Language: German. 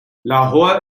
lahore